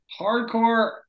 hardcore